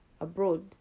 abroad